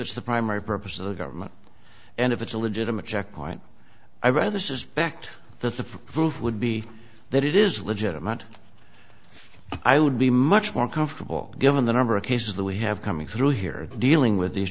it's the primary purpose of the government and if it's a legitimate checkpoint i rather suspect that the proof would be that it is legitimate i would be much more comfortable given the number of cases that we have coming through here dealing with these